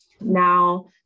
Now